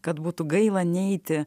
kad būtų gaila neiti